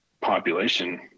population